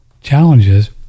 challenges